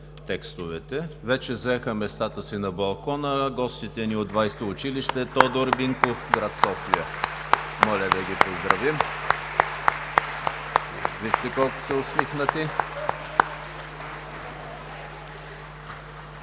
текстовете, вече заеха местата си на балкона гостите ни от 20-о училище „Тодор Минков“ – град София. Моля да ги поздравим. (Ръкопляскания). Вижте колко са усмихнати!